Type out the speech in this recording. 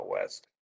West